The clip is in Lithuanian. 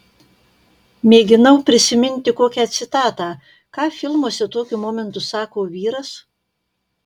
mėginau prisiminti kokią citatą ką filmuose tokiu momentu sako vyras